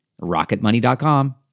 Rocketmoney.com